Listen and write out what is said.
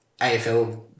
AFL